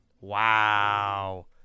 Wow